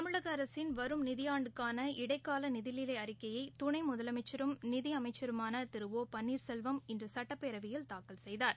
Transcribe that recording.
தமிழகஅரசின் நிதியாண்டுக்கான இடைக்காலநிதிநிலைஅறிக்கையைதுணைமுதலமைச்சரும் வரும் நிதிஅமைச்சருமானதிரு ஓ பன்னீர் செல்வம் இன்றுசட்டப்பேரவையில் தாக்கல் செய்தார்